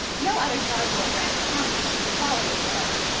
no other dart board brand comes with this quality of dart.